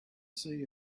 see